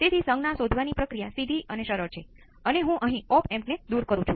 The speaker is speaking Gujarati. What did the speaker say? તેથી આ સ્રોતમાં એક મુક્ત સર્કિટ જ અલગ હોય છે